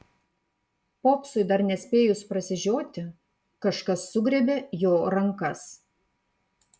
popsui dar nespėjus prasižioti kažkas sugriebė jo rankas